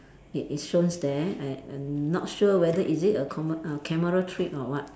it is shows there I I not sure whether is it a come~ uh camera trick or what